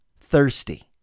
Thirsty